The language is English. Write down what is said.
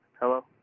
Hello